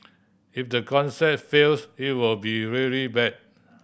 if the concept fails it will be really bad